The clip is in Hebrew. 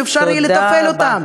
תודה רבה.